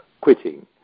quitting